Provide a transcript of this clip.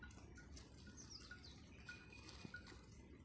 ಹೊಗಿ ಹಾಕುದ್ರಿಂದ ಕೇಟಗೊಳ್ನ ತಡಿಯಾಕ ಆಕ್ಕೆತಿ?